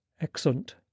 Excellent